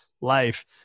life